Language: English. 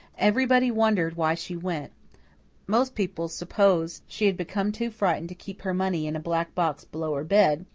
everybody wondered why she went most people supposed she had become too frightened to keep her money in a black box below her bed,